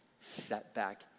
setback